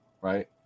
right